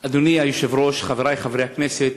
אדוני היושב-ראש, חברי חברי הכנסת,